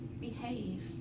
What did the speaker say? behave